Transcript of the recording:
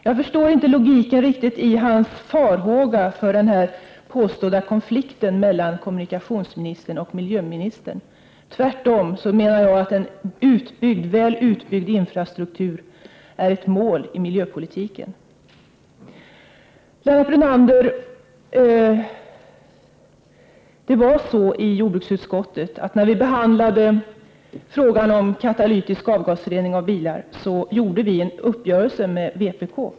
Jag förstår inte riktigt logiken i hans farhågor för den påstådda konflikten mellan kommunikationsministern och miljöministern. Tvärtom menar jag att en väl utbyggd infrastruktur är ett mål i miljöpolitiken. Lennart Brunander! När jordbruksutskottet behandlade frågan om katalytisk avgasrening av bilar gjorde vi en uppgörelse med vpk.